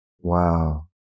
Wow